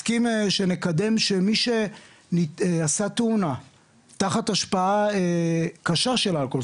הסכים שנקדם שמי שעשה תאונה תחת השפעה קשה של אלכוהול,